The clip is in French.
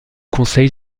conseil